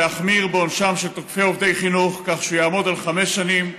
להחמיר בעונשם של תוקפי עובדי חינוך כך שהוא יעמוד על חמש שנים,